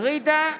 מכלוף